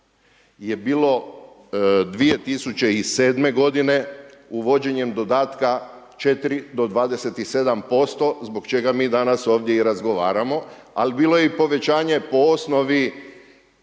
je bilo 2007. godine uvođenjem dodatka 4 do 27% zbog čega mi danas ovdje i razgovaramo ali bilo je i povećanje po osnovi,